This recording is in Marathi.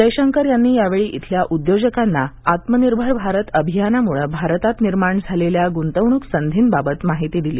जयशंकर यांनी यावेळी इथल्या उद्योजकांना आत्मनिर्भर भारत अभियानामुळं भारतात निर्माण झालेल्या गुंतवणूक संधींबाबत माहिती दिली